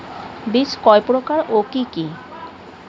বীজ কয় প্রকার ও কি কি?